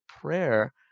prayer